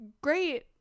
great